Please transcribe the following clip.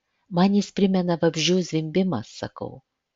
man jis primena vabzdžių zvimbimą sakau